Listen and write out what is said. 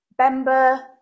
bemba